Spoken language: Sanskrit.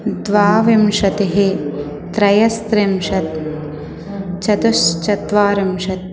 द्वाविंशतिः त्रयस्त्रिंशत् चतुश्चत्वारिंशत्